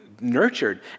nurtured